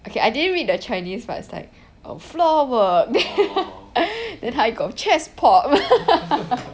okay I didn't read the chinese but it's like a floor work then 他一个 chest pop